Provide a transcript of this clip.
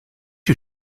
you